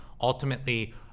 ultimately